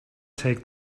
take